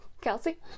Kelsey